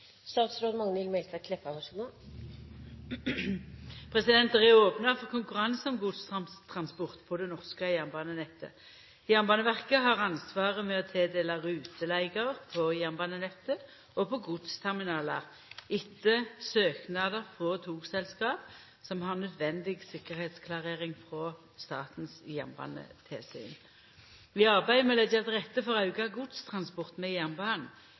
Det er opna for konkurranse om godstransport på det norske jernbanenettet. Jernbaneverket har ansvaret med å tildela ruteleiger på jernbanenettet og på godsterminalar etter søknader frå togselskap som har nødvendig tryggleiksklarering frå Statens jernbanetilsyn. I arbeidet med å leggja til rette for auka godstransport med